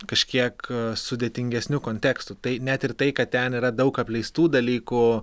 kažkiek sudėtingesniu kontekstu tai net ir tai kad ten yra daug apleistų dalykų